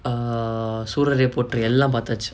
err sooraraipotru எல்லா பாத்தாச்சு:ellaa paathaachu